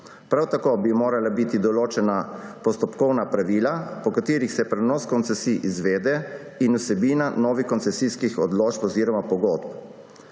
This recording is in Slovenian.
Prav tako bi morala biti določena postopkovna pravila, po katerih se prenos koncesij izvede, in vsebina novih koncesijskih odločb oziroma pogodb.